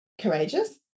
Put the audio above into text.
courageous